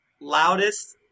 loudest